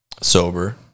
sober